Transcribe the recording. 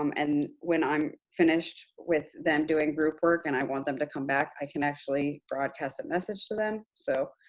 um and when i'm finished with them doing group work and i want them to come back, i can actually broadcast a message to them. so,